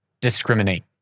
discriminate